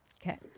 Okay